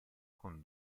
con